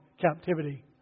captivity